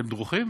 אתם דרוכים?